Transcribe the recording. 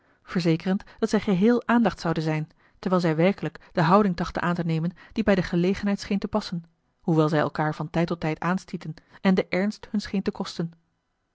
verzekerend dat zij geheel aandacht zouden zijn terwijl zij werkelijk de houding trachtten aan te nemen die bij die gelegenheid scheen te passen hoewel zij elkaâr van tijd tot tijd aanstieten en de ernst hun scheen te kosten